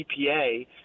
EPA